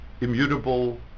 immutable